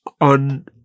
on